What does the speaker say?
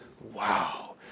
wow